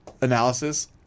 analysis